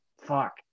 fuck